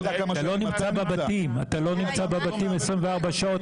אתה לא נמצא בבתים 24 שעות,